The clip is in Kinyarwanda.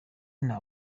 nta